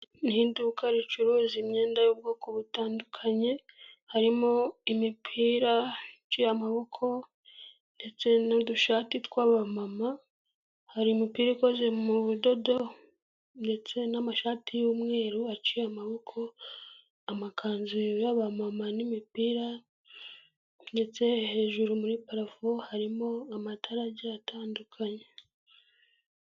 Ni iduka ricuruza imyenda y'ubwoko butandukanye, harimo imipira iciye amaboko ndetse n'udushati tw'abamama, hari imipira ikoze mu budodo ndetse n'amashati y'umweru aciye amaboko, amakanzu y'abamama n'imipira ndetse hejuru muri parafo harimo amatara agiye atandukanye.